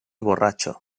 borratxo